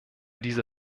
diese